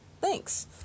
Thanks